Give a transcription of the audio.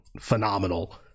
phenomenal